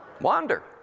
wander